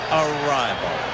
arrival